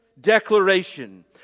declaration